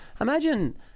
imagine